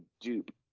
Dupe